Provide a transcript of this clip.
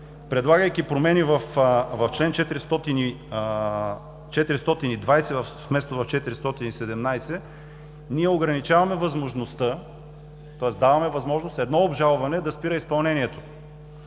предлагайки промени в чл. 420, вместо в чл. 417, ние ограничаваме възможността, тоест даваме възможност едно обжалване да спира изпълнението